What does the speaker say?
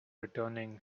returning